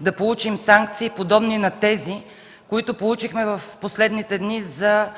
да получим санкции, подобни на тези, които получихме в последните дни за